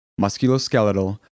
musculoskeletal